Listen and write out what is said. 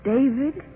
David